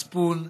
מצפון,